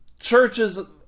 churches